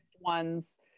ones